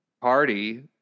party